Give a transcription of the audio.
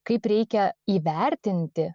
kaip reikia įvertinti